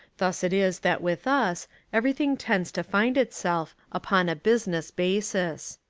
thus it is that with us everything tends to find itself upon a business basis.